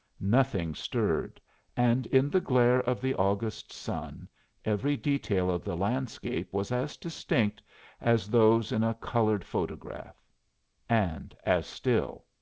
nothing stirred and in the glare of the august sun every detail of the landscape was as distinct as those in a colored photograph and as still.